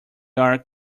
are